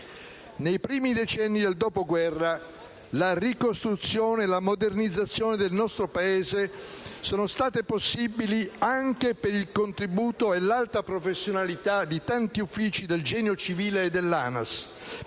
Nei primi decenni del dopoguerra, la ricostruzione e la modernizzazione del nostro Paese sono state possibili anche per il contributo e l'alta professionalità di tanti uffici del genio civile e dell'ANAS,